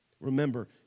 Remember